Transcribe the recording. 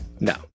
No